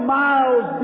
miles